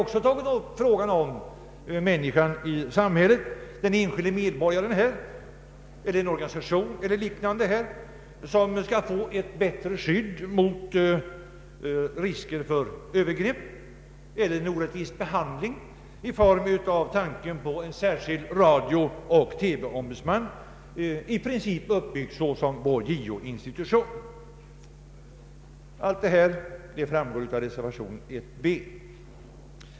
Vi föreslår vidare att enskilda människor och organisationer skall få bättre skydd mot övergrepp eller orättvis behandling. Det skulle kunna åstadkommas genom inrättandet av en särskild radiooch TV-ombudsman, i princip motsvarande JO-institutionen. Allt detta framgår av reservation 1 b.